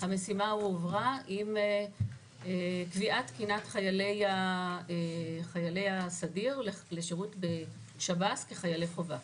המשימה הועברה עם קביעת תקינת חיילי הסדיר לשירות בשב"ס כחיילי חובה.